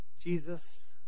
Jesus